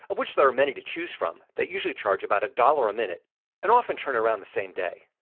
which there are many to choose from, that usually charge about a dollar a minute and often turnaround the same day.